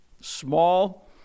Small